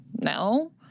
No